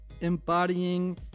embodying